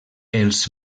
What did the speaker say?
els